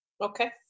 Okay